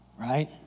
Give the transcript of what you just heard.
Right